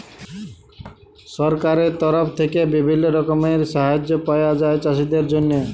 সরকারের তরফ থেক্যে বিভিল্য রকমের সাহায্য পায়া যায় চাষীদের জন্হে